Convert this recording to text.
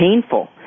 painful